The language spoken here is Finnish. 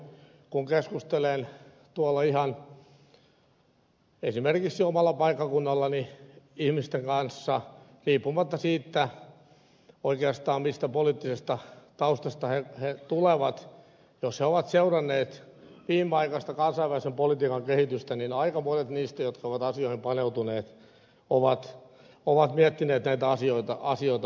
kun keskustelen tuolla ihan esimerkiksi omalla paikkakunnallani ihmisten kanssa riippumatta siitä oikeastaan mistä poliittisesta taustasta he tulevat jos he ovat seuranneet viimeaikaista kansainvälisen politiikan kehitystä niin aika monet niistä jotka ovat asioihin paneutuneet ovat miettineet näitä asioita uudelleen